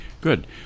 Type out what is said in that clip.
Good